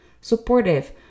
supportive